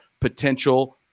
potential